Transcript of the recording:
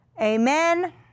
amen